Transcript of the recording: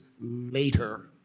later